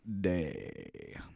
Day